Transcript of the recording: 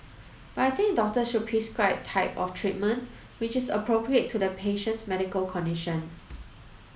but I think doctors should prescribe the type of treatment which is appropriate to the patient's medical condition